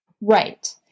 Right